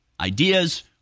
ideas